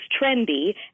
trendy